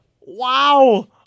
Wow